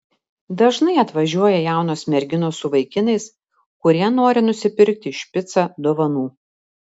dažnai atvažiuoja jaunos merginos su vaikinais kurie nori nusipirkti špicą dovanų